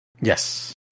Yes